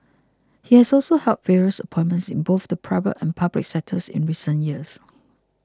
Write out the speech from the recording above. he has also held various appointments in both the private and public sectors in recent years